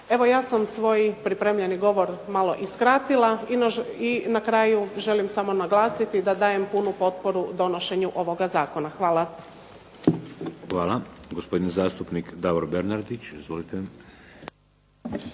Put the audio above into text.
Evo, ja sam svoj pripremljeni govor malo i skratila i na kraju želim samo naglasiti da dajem punu potporu donošenju ovoga zakona. Hvala. **Šeks, Vladimir (HDZ)** Hvala. Gospodin zastupnik Davor Bernardić. Izvolite.